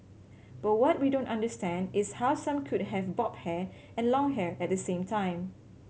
but what we don't understand is how some could have bob hair and long hair at the same time